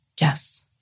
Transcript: yes